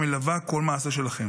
העבודה,